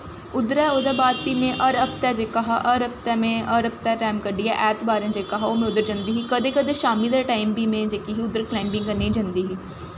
उद्धरा दा फ्ही में हर हर हफ्तै जेह्का हा हर हफ्तै हर हफ्तै टैम कड्डियै ऐतबारै जेह्का हा ओह् में उद्धर जंदी ही कदैं कदैं शामीं दे टैम बी में जेह्की उद्धर कलाईंबिंग करने गी जंदी ही